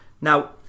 Now